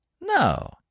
No